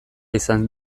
izan